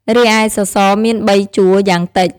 រីឯសសរមាន៣ជួរយ៉ាងតិច។